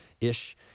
ish